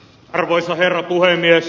arvoisa herra puhemies